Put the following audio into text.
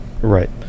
Right